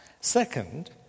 Second